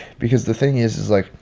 because the thing is is like,